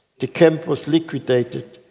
the camp was liquidated.